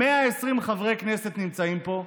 120 חברי כנסת נמצאים פה.